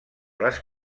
les